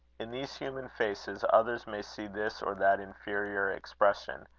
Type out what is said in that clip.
in these human faces, others may see this or that inferior expression,